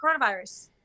coronavirus